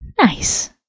Nice